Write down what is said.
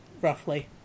roughly